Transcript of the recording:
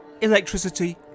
Electricity